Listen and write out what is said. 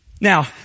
Now